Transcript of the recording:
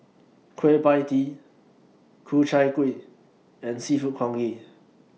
Kueh PIE Tee Ku Chai Kuih and Seafood Congee